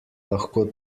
lahko